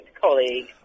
colleague